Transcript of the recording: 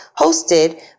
hosted